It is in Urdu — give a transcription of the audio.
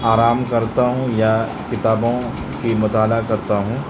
آرام کرتا ہوں یا کتابوں کی مطالعہ کرتا ہوں